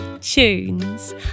tunes